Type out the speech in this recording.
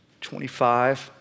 25